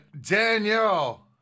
Danielle